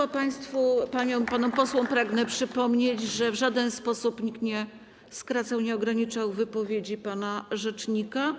A państwu, paniom i panom posłom, pragnę przypomnieć, że w żaden sposób nikt nie skracał, nie ograniczał wypowiedzi pana rzecznika.